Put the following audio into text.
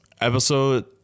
episode